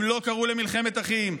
הם לא קראו למלחמת אחים,